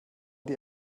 die